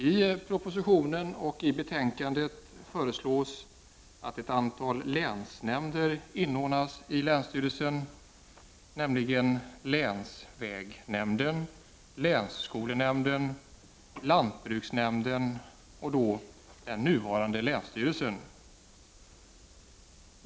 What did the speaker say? I propositionen och i betänkandet föreslås att ett antal länsnämnder inordnas i länsstyrelsen, nämligen länsvägnämnden, länsskolnämnden, lantbruksnämnden och den nuvarande länsstyrelsen.